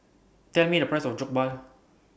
Tell Me The Price of Jokbal